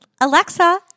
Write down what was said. Alexa